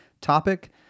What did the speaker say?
topic